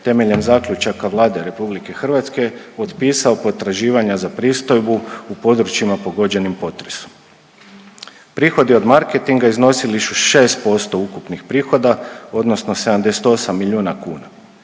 temeljem zaključaka Vlade RH potpisao potraživanja za pristojbu u područjima pogođenim potresom. Prihodi od marketinga iznosili su 6% ukupnih prihoda odnosno 78 miliona kuna.